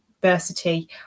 diversity